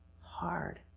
hard